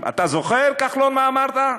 אתה זוכר, כחלון, מה אמרת?